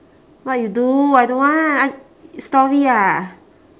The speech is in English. what you do I don't want I story ah